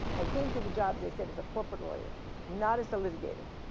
i came to the job, they said as a corporate lawyer not as a litigator,